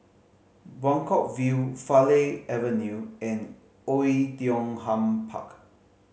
Buangkok View Farleigh Avenue and Oei Tiong Ham Park